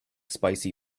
spicy